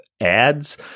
ads